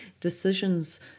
decisions